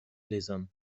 lesern